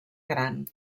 gran